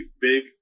big